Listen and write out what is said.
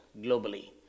globally